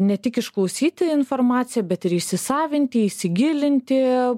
ne tik išklausyti informaciją bet ir įsisavinti įsigilinti